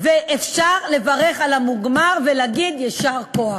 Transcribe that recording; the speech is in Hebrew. אפשר לברך על המוגמר ולהגיד: יישר כוח.